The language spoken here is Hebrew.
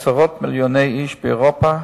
עשרות מיליוני איש באירופה